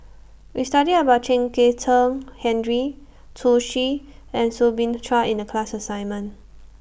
We studied about Chen Kezhan Henri Zhu Xu and Soo Bin Chua in The class assignment